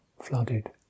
Flooded